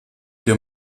der